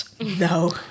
no